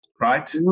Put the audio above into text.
Right